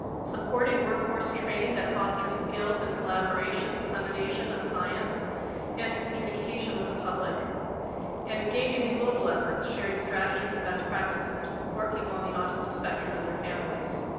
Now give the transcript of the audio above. supporting work force training that fosters skills and collaboration dissemination of science and communication with the public and engaging in global efforts sharing strategies and best practices the support people on the autism spectrum and their families.